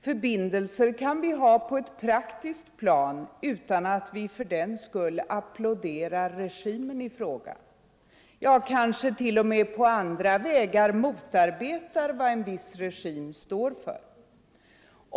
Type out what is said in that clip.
Förbindelser kan vi ha på ett praktiskt plan utan att vi fördenskull applåderar regimen i fråga; ja, vi kanske t.o.m. på andra vägar motarbetar vad en viss regim står för.